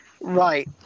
right